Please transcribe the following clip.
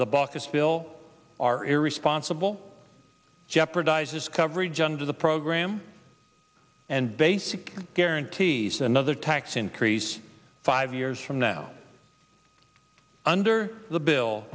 bill are irresponsible jeopardises coverage under the program and basic guarantees another tax increase five years from now under the bill